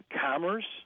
commerce